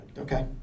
Okay